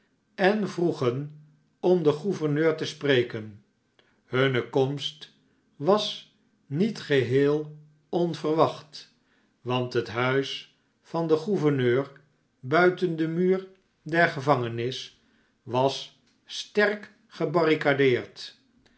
en vroegen om den gouverneur te spreken hunne komst was niet geheel onverwacht want het liuis van den gouverneur buiteri den muur der gevangenis was sterk gebarricadeerd